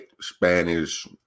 Spanish